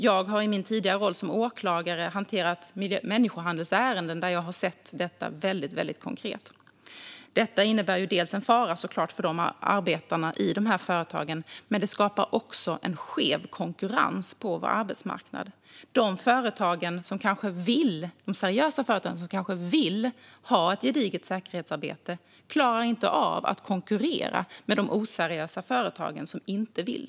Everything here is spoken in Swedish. Jag har i min tidigare roll som åklagare hanterat människohandelsärenden där jag har sett detta konkret. Det innebär dels en fara för arbetarna i företagen, dels en skev konkurrens på vår arbetsmarknad. De seriösa företag som vill ha ett gediget säkerhetsarbete klarar inte av att konkurrera med de oseriösa företag som inte vill.